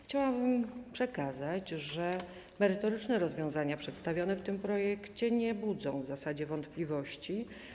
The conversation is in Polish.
Chciałabym przekazać, że merytoryczne rozwiązania przedstawione w tym projekcie nie budzą w zasadzie wątpliwości.